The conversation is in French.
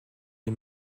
les